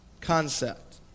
concept